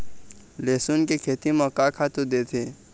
लेसुन के खेती म का खातू देथे?